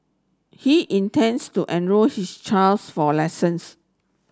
he intends to enrol his child for lessons